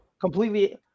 completely